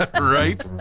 Right